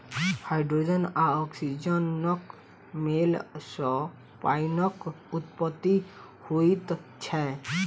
hydrogen आ औक्सीजनक मेल सॅ पाइनक उत्पत्ति होइत छै